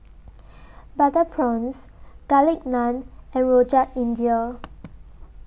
Butter Prawns Garlic Naan and Rojak India